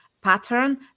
pattern